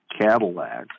Cadillac